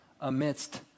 amidst